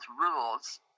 rules